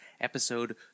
Episode